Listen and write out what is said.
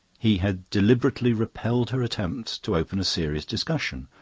he had deliberately repelled her attempts to open a serious discussion.